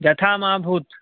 तथा मा भूत्